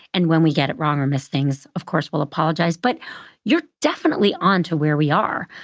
and when we get it wrong or miss things of course we'll apologizes. but you're definitely onto where we are,